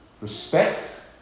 respect